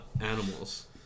animals